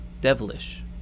devilish